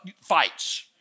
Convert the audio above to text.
fights